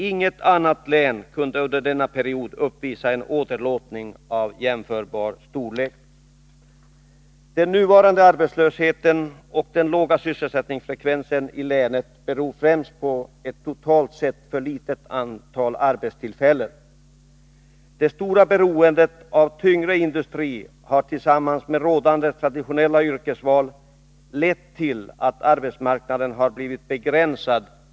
Inget annat län kunde under samma period uppvisa en åderlåtning av jämförbar storlek. Den nuvarande arbetslösheten och den låga sysselsättningsfrekvensen i länet beror främst på ett totalt sett för litet antal arbetstillfällen. Det stora beroendet av tyngre industri har tillsammans med rådande traditionella Nr 143 yrkesval lett till att arbetsmarknaden för kvinnorna har blivit begränsad.